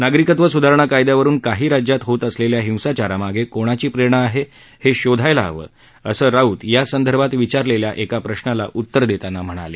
नागरिकत्व स्धारणा कायद्यावरून काही राज्यात होत असलेल्या हिंसाचारामागे कोणाची प्रेरणा आहे हे शोधायला हवं असं राऊत या संदर्भात विचारलेल्या प्रश्नाला उत्तर देताना म्हणाले